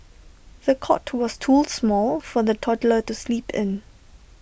the cot was too small for the toddler to sleep in